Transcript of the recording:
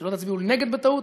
שלא תצביעו נגד בטעות.